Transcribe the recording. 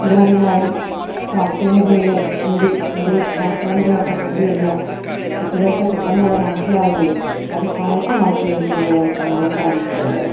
പ്രധാനമായും കാർട്ടൂണുകളിലും ഹിന്ദി ഇംഗ്ലീഷ് കാർട്ടൂണുകളൊക്കെ കണ്ടുകഴിഞ്ഞാൽ കുട്ടികൾക്ക് പെട്ടെന്നത് മനസ്സിലാവുകയും അത് സായത്തമാക്കുകയും ചെയ്യുന്നതായി കാണാൻ സാധിച്ചിട്ടുണ്ട്